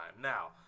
Now